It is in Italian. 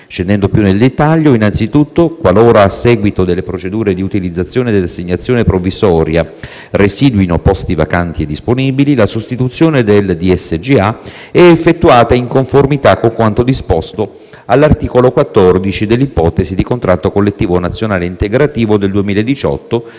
Scendendo più nel dettaglio, innanzitutto, qualora a seguito delle procedure di utilizzazione dell'assegnazione provvisoria residuino posti vacanti e disponibili la sostituzione del direttore dei servizi generali ed amministrativi (DSGA) è effettuata in conformità con quanto disposto all'articolo 14 dell'ipotesi di contratto collettivo nazionale integrativo del 2018